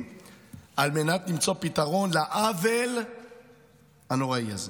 על מנת למצוא פתרון לעוול הנוראי הזה.